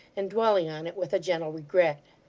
and dwelling on it with a gentle regret.